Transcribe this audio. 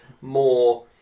more